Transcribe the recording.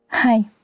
Hi